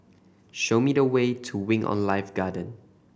show me the way to Wing On Life Garden